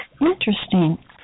interesting